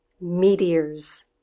meteors